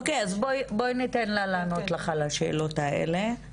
אוקיי, אז בואי ניתן לה לענות לך על השאלות האלה.